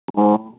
ও